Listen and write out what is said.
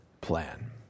plan